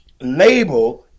label